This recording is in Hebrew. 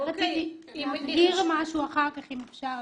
רק רציתי להעיר משהו אחר כך אם אפשר.